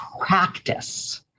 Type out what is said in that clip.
practice